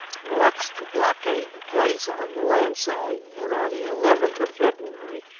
marched to blockade the place on the land side and on the eleventh of february,